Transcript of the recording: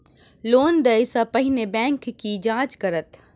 Loan देय सा पहिने बैंक की जाँच करत?